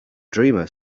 dreamer